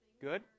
Good